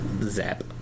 Zap